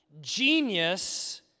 Genius